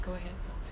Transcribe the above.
go ahead